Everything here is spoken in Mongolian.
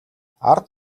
ард